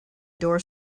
door